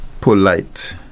polite